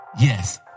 Yes